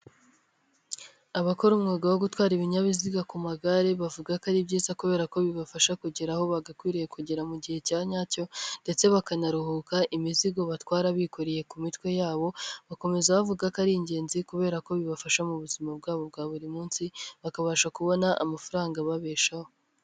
Abakora umwuga wo gutwara ibinyabiziga ku magare, bavuga ko ari byiza kubera ko bibafasha kugera aho bagakwiriye kugera mu gihe cya nyacyo ndetse bakanaruhuka imizigo batwara bikoreye ku mitwe yabo, bakomeza bavuga ko ari ingenzi kubera ko bibafasha mu buzima bwabo bwa buri munsi, bakabasha kubona amafaranga ababeshaho.